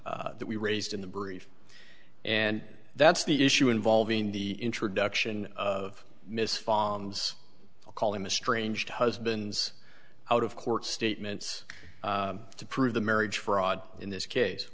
that we raised in the brief and that's the issue involving the introduction of miss fonds i'll call him a strange husbands out of court statements to prove the marriage fraud in this case